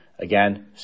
Again